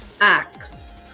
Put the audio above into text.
axe